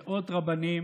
ישר מהבטן,